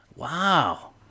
Wow